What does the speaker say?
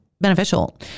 beneficial